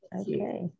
Okay